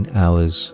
hours